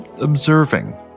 observing